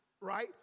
right